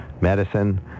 medicine